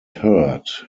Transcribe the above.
hurt